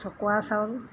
চকোৱা চাউল